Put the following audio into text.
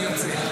אני יוצא.